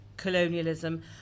colonialism